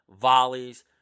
volleys